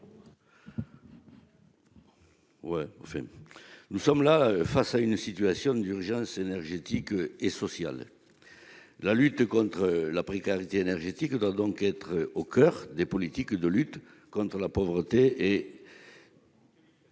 Nous sommes là face à une situation d'urgence énergétique et sociale. La lutte contre la précarité énergétique doit être au coeur des politiques de lutte contre la pauvreté et